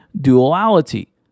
duality